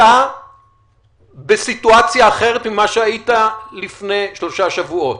אתה בסיטואציה אחרת ממה שהיית לפני שלושה שבועות,